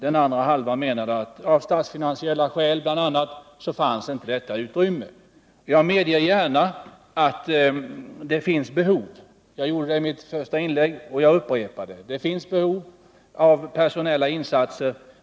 Den andra halvan menade att det inte fanns utrymme för det, bl.a. av statsfinansiella skäl. Jag medger gärna att det finns behov —-jag gjorde det i mitt första inlägg, och jag upprepar det — av personella insatser.